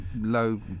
low